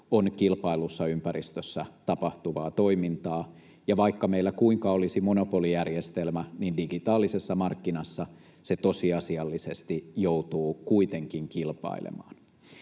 on kilpaillussa ympäristössä tapahtuvaa toimintaa, ja vaikka meillä kuinka olisi monopolijärjestelmä, digitaalisessa markkinassa se tosiasiallisesti joutuu kuitenkin kilpailemaan.